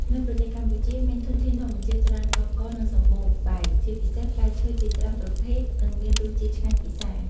នៅប្រទេសកម្ពុជាមានធនធានធម្មជាតិច្រើនកុះករ និងសម្បូរបែបជាពិសេសផ្លែឈើជាច្រើនប្រភេទនិងមានរសជាតិឆ្ងាញ់ពិសារ។